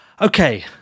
Okay